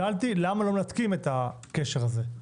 שאלתי למה לא מנתקים את הקשר הזה,